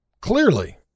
clearly